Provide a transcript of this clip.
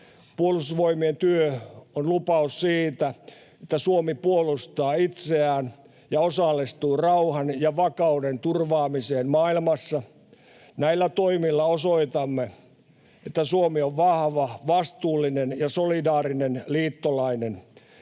Puolustusvoimien työ on lupaus siitä, että Suomi puolustaa itseään ja osallistuu rauhan ja vakauden turvaamiseen maailmassa. Näillä toimilla osoitamme, että Suomi on vahva, vastuullinen ja solidaarinen liittolainen.